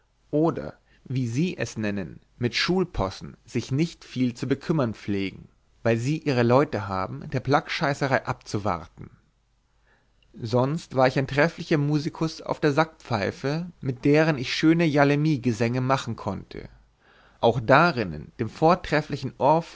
oder wie sie es nennen mit schulpossen sich nicht viel zu bekümmern pflegen weil sie ihre leute haben der plackscheißerei abzuwarten sonst war ich ein trefflicher musikus auf der sackpfeife mit deren ich schöne jalemigesänge machen konnte auch darinnen dem vortrefflichen